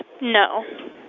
No